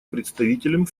представителем